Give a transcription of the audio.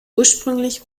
ursprünglich